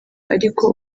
ariko